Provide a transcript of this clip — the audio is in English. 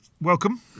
welcome